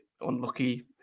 unlucky